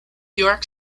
york